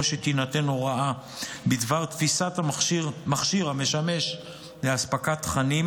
שתינתן הוראה בדבר תפיסת מכשיר המשמש לאספקת תכנים,